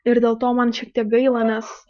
ir dėl to man šiek tiek gaila nes